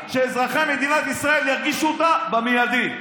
לא בונה לא על הצוות שלכם, ההיגיון וכו'.